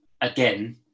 again